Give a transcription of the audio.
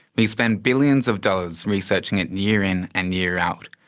we spend billions of dollars researching it year in and year out,